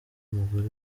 mugore